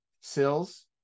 Sills